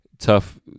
Tough